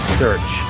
search